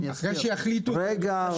רגע,